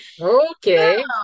Okay